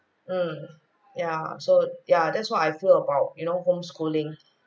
mm ya so ya that's what I feel about you know homeschooling